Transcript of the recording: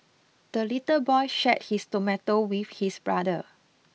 the little boy shared his tomato with his brother